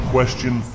Question